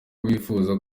bifuza